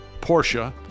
Porsche